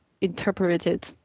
interpreted